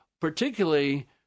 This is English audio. particularly